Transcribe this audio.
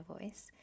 voice